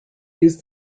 use